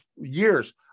years